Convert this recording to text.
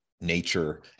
nature